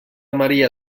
maria